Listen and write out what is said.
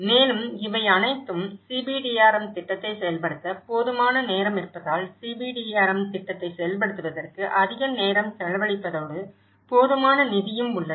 மேலும் இவை அனைத்தும் CBDRM திட்டத்தை செயல்படுத்த போதுமான நேரம் இருப்பதால் CBDRM திட்டத்தை செயல்படுத்துவதற்கு அதிக நேரம் செலவழிப்பதோடு போதுமான நிதியும் உள்ளது